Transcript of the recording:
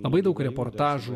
labai daug reportažų